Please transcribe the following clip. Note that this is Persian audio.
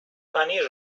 پنیر